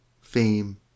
fame